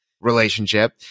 relationship